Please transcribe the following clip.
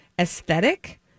aesthetic